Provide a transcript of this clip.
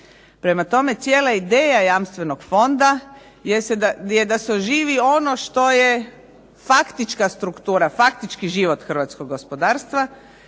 Prema tome, cijela ideja jamstvenog fonda jeste da se oživi ono što je faktička struktura, faktički život hrvatskog gospodarstva